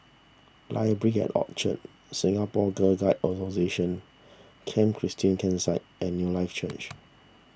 Library at Orchard Singapore Girl Guides Association Camp Christine Campsite and Newlife Church